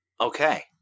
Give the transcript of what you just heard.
okay